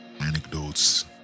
anecdotes